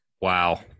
Wow